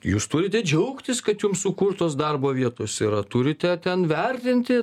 jūs turite džiaugtis kad jums sukurtos darbo vietos yra turite ten vertinti